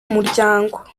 umuryango